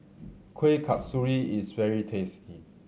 Kueh Kasturi is very tasty